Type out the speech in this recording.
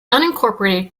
unincorporated